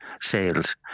sales